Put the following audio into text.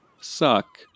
Suck